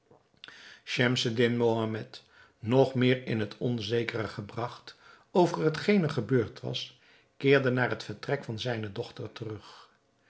schemseddin mohammed nog meer in het onzekere gebragt over hetgeen er gebeurd was keerde naar het vertrek van zijne dochter terug